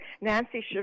Nancy